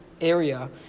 area